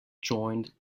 joined